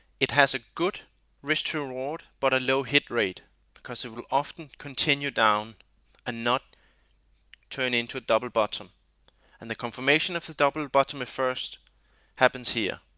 it has a good risk to reward but a low hit rate because it will often continue down and not turn into a double bottom as and the confirmation of the double bottom first happens here.